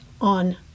on